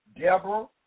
Deborah